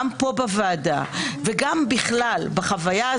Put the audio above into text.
גם פה בוועדה ובכלל בחוויה,